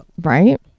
Right